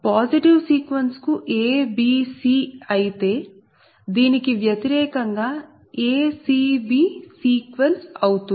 positive sequence కు a b c అయితే దీనికి వ్యతిరేకంగా a c b సీక్వెన్స్ అవుతుంది